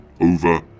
over